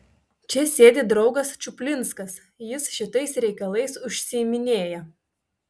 čia sėdi draugas čuplinskas jis šitais reikalais užsiiminėja